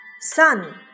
Sun